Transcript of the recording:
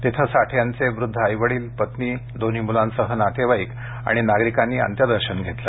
तिथे साठे यांचे वृद्ध आई वडील पत्नी दोन्ही मुलांसह नातेवाईक आणि नागरिकांनी अंत्यदर्शन घेतलं